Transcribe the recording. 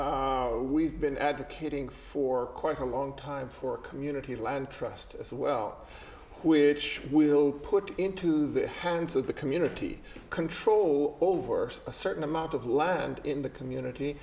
line we've been advocating for quite a long time for a community land trust as well which will put into the hands of the community control over a certain amount of land in the community